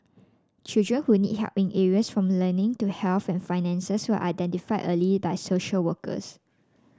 children who need help in areas from learning to health and finances were identified early by social workers